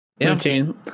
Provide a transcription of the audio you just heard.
routine